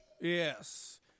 Yes